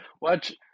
watch